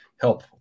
help